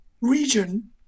region